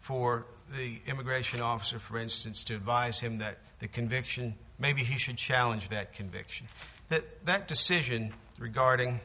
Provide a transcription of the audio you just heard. for the immigration officer for instance to advise him that the conviction maybe he should challenge that conviction that that decision regarding